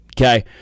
Okay